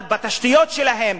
אבל בתשתיות שלהם,